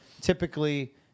typically